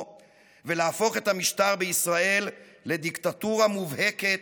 ולהפוך את המשטר בישראל לדיקטטורה מובהקת,